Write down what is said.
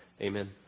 Amen